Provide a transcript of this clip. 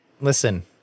Listen